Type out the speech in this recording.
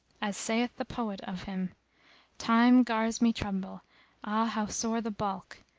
as saith the poet of him time gars me tremble ah, how sore the baulk!